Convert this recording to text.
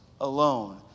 alone